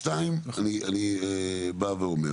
דבר שני, אני בא ואומר